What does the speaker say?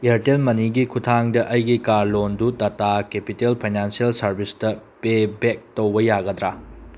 Airtel ꯃꯅꯤꯒꯤ ꯈꯨꯠꯊꯥꯡꯗ ꯑꯩꯒꯤ ꯀꯥꯔ ꯂꯣꯟꯗꯨ ꯇꯥꯇꯥ ꯀꯦꯄꯤꯇꯦꯜ ꯐꯥꯏꯅꯥꯟꯁꯤꯌꯦꯜ ꯁꯥꯔꯕꯤꯁꯇ ꯄꯦ ꯕꯦꯛ ꯇꯧꯕ ꯌꯥꯒꯗ꯭ꯔꯥ